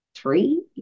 three